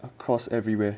across everywhere